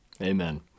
Amen